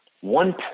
one